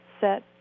set